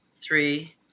three